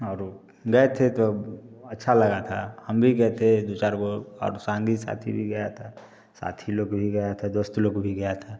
और ऊ गए थे तो अच्छा लगा था हम भी गए थे दो चार गो और साँगी साथी भी गया था साथी लोग भी गया था तो दोस्त लोग भी गया था